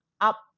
up